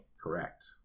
Correct